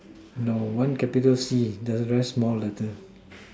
no one capital C the rest small letter